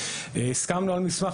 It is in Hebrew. הסכמנו על מסמך,